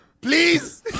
Please